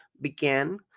began